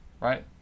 right